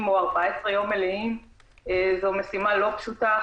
ל-14 ימים מלאים זו משימה לא פשוטה.